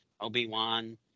Obi-Wan